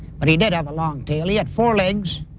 but he did have a long tail. he had four legs.